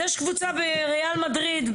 יש את קבוצת ריאל מדריד.